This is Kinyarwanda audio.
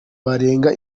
barenga